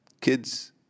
kids